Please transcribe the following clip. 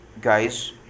guys